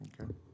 Okay